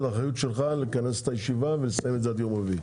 האחריות שלך לכנס את הישיבה ולסיים את זה עד יום רביעי,